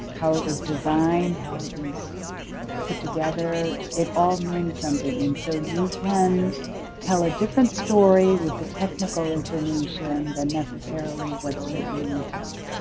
how it was designed, how it was put together. it all means something. and so you can tell a different story with the technical information than necessarily what's written in the text.